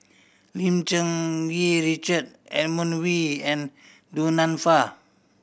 Lim Cherng Yih Richard Edmund Wee and Du Nanfa